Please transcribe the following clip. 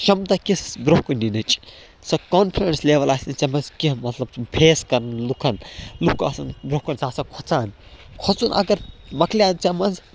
شمتاکِس برٛۄنٛہہ کُن یِنٕچ سۄ کانفرنٕس لٮ۪وَل آسہِ نہٕ ژےٚ منٛز کیٚنٛہہ مطلب فیس کَرن لُکَن لُکھ آسَن برٛۄنٛہہ کُن ژٕ آسَکھ کھۄژان کھۄژُن اگر مَکلے ژےٚ منٛز